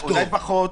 אולי זה פחות,